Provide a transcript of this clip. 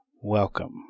welcome